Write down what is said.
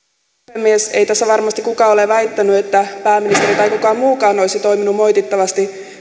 puhemies ei tässä varmasti kukaan ole väittänyt että pääministeri tai kukaan muukaan olisi toiminut moitittavasti